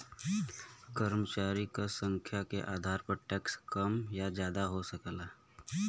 कर्मचारी क संख्या के आधार पर टैक्स कम या जादा हो सकला